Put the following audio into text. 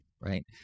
right